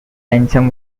ransom